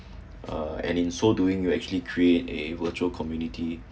uh and in so doing you actually create a virtual community